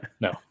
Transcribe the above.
no